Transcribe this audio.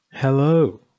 hello